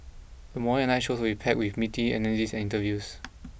the morning and night shows will be packed with meaty analyses and interviews